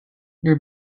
your